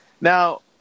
Now